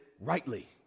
rightly